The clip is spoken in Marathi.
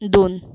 दोन